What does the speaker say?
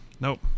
Nope